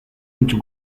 into